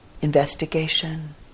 investigation